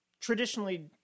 traditionally